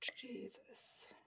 Jesus